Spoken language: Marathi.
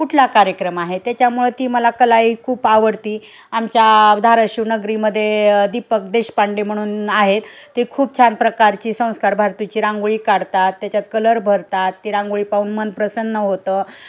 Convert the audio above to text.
कुठला कार्यक्रम आहे त्याच्यामुळ ती मला कला ह खूप आवडती आमच्या धारशिव नगरी मध्ये दीपक देशपांडे म्हणून आहेत ते खूप छान प्रकारची संस्कार भारतीची रांगोळी काढतात त्याच्यात कलर भरतात ती रांगोळी पाहून मन प्रसन्न होतं